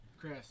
Chris